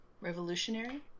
revolutionary